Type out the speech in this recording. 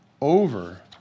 over